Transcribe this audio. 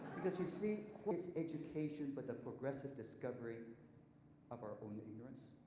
because you see with education, but the progressive discovery of our own ignorance.